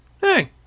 hey